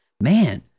Man